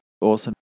awesome